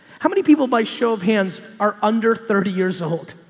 how many people by show of hands are under thirty years old?